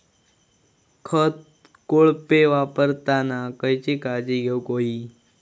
खत कोळपे वापरताना खयची काळजी घेऊक व्हयी?